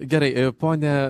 gerai ponia